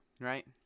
right